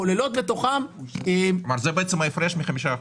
הן כוללות בתוכן --- זה בעצם ההפרש מ-5%,